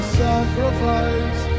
sacrifice